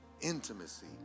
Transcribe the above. Intimacy